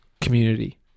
community